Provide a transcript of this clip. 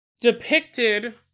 depicted